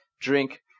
drink